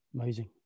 amazing